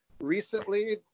recently